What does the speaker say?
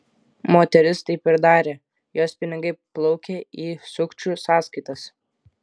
moteris taip ir darė jos pinigai plaukė į sukčių sąskaitas